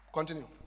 Continue